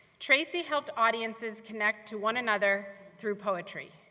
tracy helped audiences connect to one another through poetry.